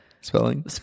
Spelling